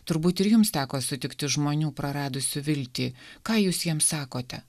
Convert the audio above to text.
turbūt ir jums teko sutikti žmonių praradusių viltį ką jūs jiems sakote